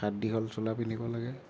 হাত দীঘল চোলা পিন্ধিব লাগে